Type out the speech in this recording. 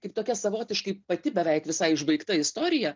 tik tokia savotiškai pati beveik visai išbaigta istorija